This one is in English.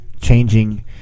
changing